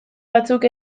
batzuk